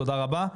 תודה רבה.